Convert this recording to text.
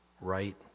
right